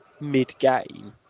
mid-game